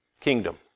kingdom